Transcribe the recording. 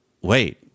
wait—